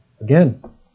Again